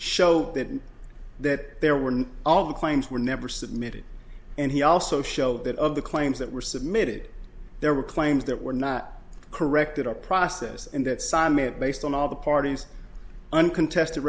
show that that there were all the claims were never submitted and he also showed that of the claims that were submitted there were claims that were not corrected a process and that saddam it based on all the parties uncontested